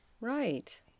Right